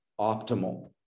optimal